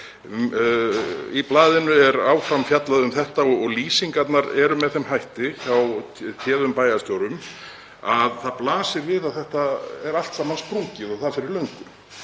Í blaðinu er áfram fjallað um þetta og lýsingarnar eru með þeim hætti hjá téðum bæjarstjórum að það blasir við að þetta er allt saman sprungið og það fyrir löngu.